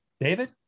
David